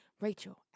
Rachel